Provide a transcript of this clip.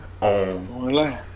on